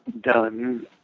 done